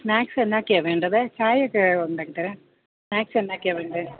സ്നാക്സെന്നാ ഒക്കെയാണു വേണ്ടത് ചായയൊക്കെ ഉണ്ടാക്കിത്തരാം സ്നാക്സെന്നാ ഒക്കെയാ വേണ്ടേ